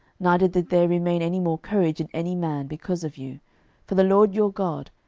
neither did there remain any more courage in any man, because of you for the lord your god,